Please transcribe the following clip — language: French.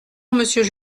monsieur